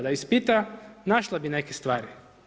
Da ispita, našla bi neke stvari.